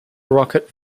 rocket